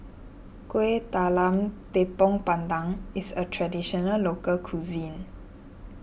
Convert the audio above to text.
Kueh Talam Tepong Pandan is a Traditional Local Cuisine